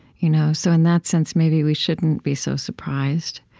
you know so in that sense, maybe we shouldn't be so surprised,